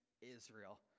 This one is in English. Israel